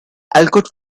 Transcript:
alcott